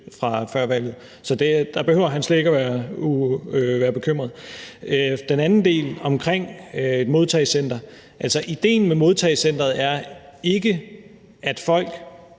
fra før valget. Så der behøver han slet ikke være bekymret. Så til den anden del omkring et modtagecenter. Idéen med modtagecenteret er jo kort